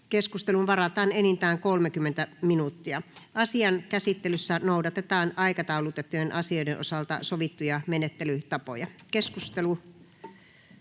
Lähetekeskusteluun varataan enintään 30 minuuttia. Asian käsittelyssä noudatetaan aikataulutettujen asioiden osalta sovittuja menettelytapoja. — Ministeri